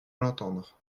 l’entendre